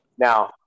Now